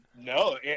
No